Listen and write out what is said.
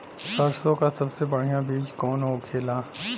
सरसों का सबसे बढ़ियां बीज कवन होखेला?